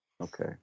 Okay